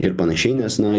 ir panašiai nes na